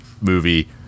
movie